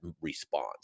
response